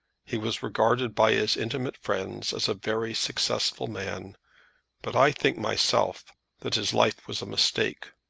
he was regarded by his intimate friends as a very successful man but i think myself that his life was a mistake.